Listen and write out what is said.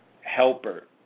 Helper